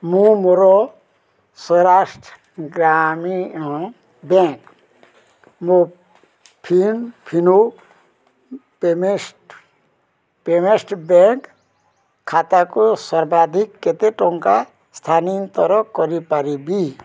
ମୁଁ ମୋର ସୌରାଷ୍ଟ୍ର ଗ୍ରାମୀଣ ବ୍ୟାଙ୍କ୍ ମୋ fin Fino payment payment bank ଖାତାକୁ ସର୍ବାଧିକ କେତେ ଟଙ୍କା ସ୍ଥାନାନ୍ତର କରିପାରିବି